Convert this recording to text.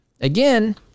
again